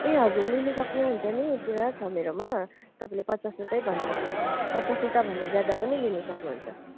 ए हजुर लिनु सक्नुहुन्छ नि पुरा छ मेरोमा तपाईँले पचासवटै भन् पचासवटाभन्दा ज्यादा पनि लिनु सक्नुहुन्छ